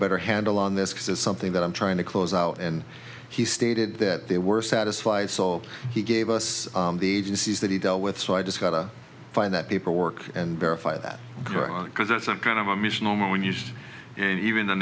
better handle on this because it's something that i'm trying to close out and he stated that they were satisfied so he gave us the agencies that he dealt with so i just gotta find that paperwork and verify that because it's some kind of a misnomer when used in even the